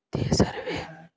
ते सर्वे